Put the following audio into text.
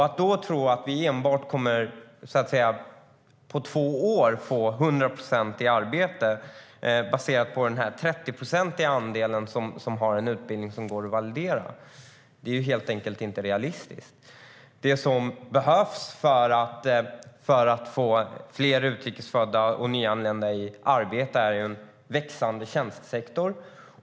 Att tro att man på två år ska få 100 procent i arbete baserat på den 30-procentiga andelen som har en utbildning som går att validera är helt enkelt inte realistiskt. Det som behövs för att få fler utrikesfödda och nyanlända i arbete är en växande tjänstesektor.